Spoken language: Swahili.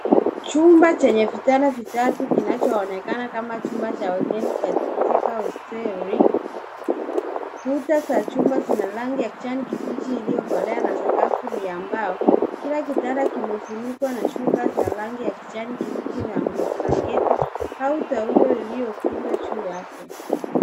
Chumba chenye vitanda vitatu kinachoonekana kama chumba cha wageni katika hosteli. Kuta za chumba zina rangi ya kijani kibichi iliyokolea na sakafu ni ya mbao. Kila kitanda kimefunikwa na shuka za rangi ya kijani kibichi na kuna blanketi au taulo iliyokunjwa juu yake.